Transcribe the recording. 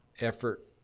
effort